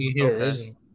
okay